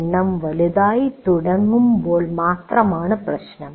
എണ്ണം വലുതായിത്തുടങ്ങുമ്പോൾ മാത്രമാണ് പ്രശ്നം